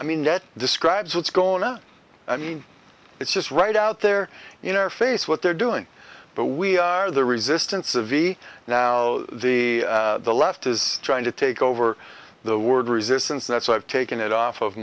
i mean that describes what's going on i mean it's just right out there in our face what they're doing but we are the resistance of the now the the left is trying to take over the world resistance that's i've taken it off of